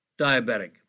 diabetic